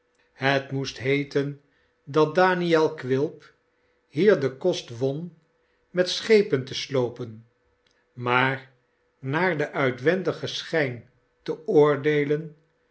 het moest heeten dat daniel quilp hier den kost won met schepen te sloopen maar naar den uitwendigen schijn te oordeelen